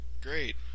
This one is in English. great